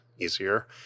easier